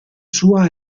sua